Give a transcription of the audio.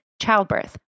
childbirth